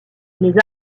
les